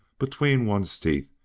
between one's teeth,